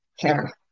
care